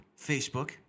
Facebook